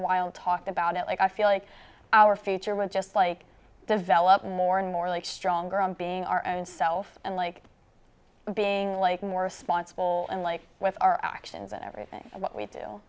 awhile talked about it like i feel like our future would just like develop more and more like stronger on being our own self and like being like more responsible and like with our actions and everything